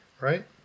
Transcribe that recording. right